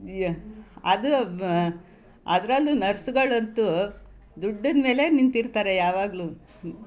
ಅದು ಅದರಲ್ಲು ನರ್ಸುಗಳಂತೂ ದುಡ್ಡಿನ ಮೇಲೆ ನಿಂತಿರ್ತಾರೆ ಯಾವಾಗಲೂ